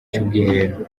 cy’ubwiherero